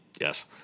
Yes